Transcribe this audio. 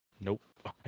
Nope